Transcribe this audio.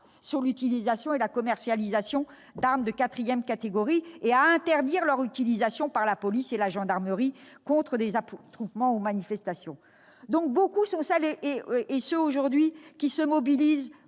sur l'utilisation et la commercialisation d'armes de quatrième catégorie et à interdire leur utilisation par la police et la gendarmerie contre les attroupements ou manifestations. Nombreux sont celles et ceux qui se mobilisent